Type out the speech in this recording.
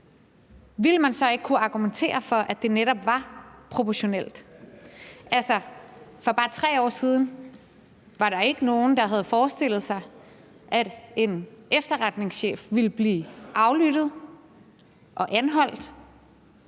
ville man så ikke kunne argumentere for, at det netop var proportionelt? Altså, for bare 3 år siden var der ikke nogen, der havde forestillet sig, at en efterretningschef ville blive aflyttet og anholdt.